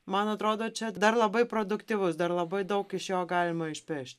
man atrodo čia dar labai produktyvus dar labai daug iš jo galima išpešti